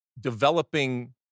developing